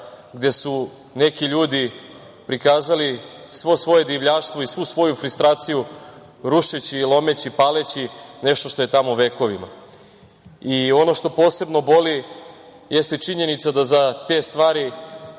gde su neki ljudi prikazali svo svoje divljaštvo i svu svoju frustraciju, rušeći i lomeći, paleći nešto što je tamo vekovima. Ono što posebno boli jeste činjenica da za te stvari